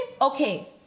okay